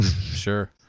sure